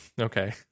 Okay